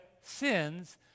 sins